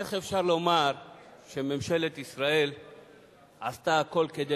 איך אפשר לומר שממשלת ישראל עשתה הכול כדי